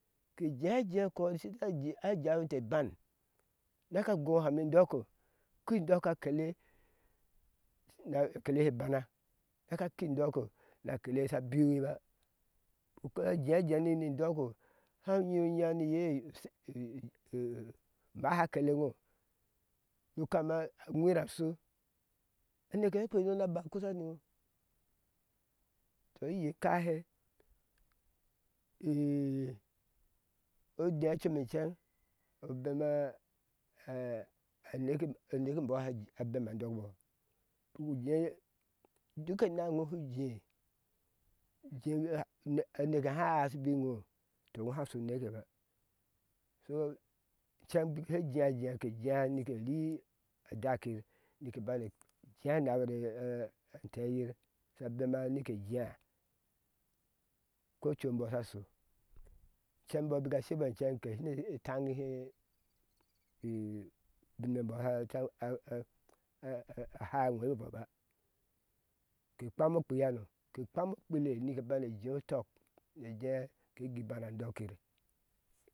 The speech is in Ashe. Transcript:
Ke jea jea ekɔ shisha ji sha jawinte iban neke gɔɔ ham ni ndɔko kui ndɔko na kele sha biwiba uko ujea jea ni ndɔko hau nyo nya ni iya maha a kele ŋo nu kama aŋwi rashu uneke sha kpe nine naba kusa ni iŋo keye kahe ode com e ceŋ obema e one kebɔ anekebɔ sha bema ndɔkbɔ bik uje ne duk eneŋ eŋo shu jee ujee na ha eai aneka háá eaishibi iŋo to ŋo hau shu unekeba to iceŋ bik she jea jea ke jea nike rii adakir nike bane jea a nabare a. anteyir sha bema nike jea ko coi embɔ sha sho ceŋ embɔ bika ashebɔ ceŋ ke shine etaŋihe iiu bin me embɔta aa ke kpam okpi hano ke kpam okpile ne bane jeu utɔk ne jee ke gui bana ndokk ir